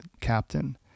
captain